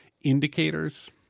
indicators